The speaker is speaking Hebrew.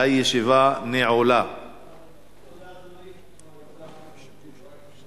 שהוועדה המקומית נותנת את ההיתר לאנטנה,